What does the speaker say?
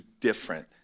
different